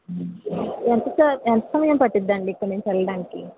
ఎంత స ఎంత సమయం పడుతుందండి ఇక్కడనుంచి వెళ్ళడానికి